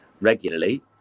regularly